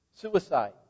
suicide